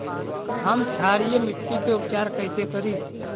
हम क्षारीय मिट्टी के उपचार कैसे करी?